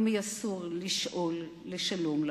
ומי יסור לשאול לשלום לך,